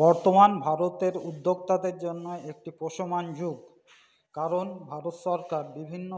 বর্তমান ভারতের উদ্যোক্তাদের জন্য একটি যুগ কারণ ভারত সরকার বিভিন্ন